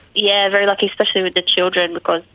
yeah, very lucky, especially with the children, because,